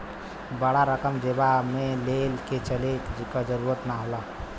बड़ा रकम जेबा मे ले के चले क जरूरत ना होला